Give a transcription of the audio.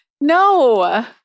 No